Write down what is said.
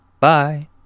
Bye